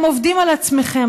אתם עובדים על עצמכם,